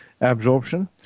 absorption